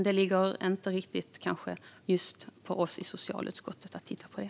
Det ligger dock inte riktigt på oss i socialutskottet att titta på det.